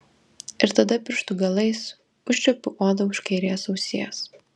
ir tada pirštų galais užčiuopiu odą už kairės ausies